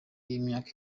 y’imyaka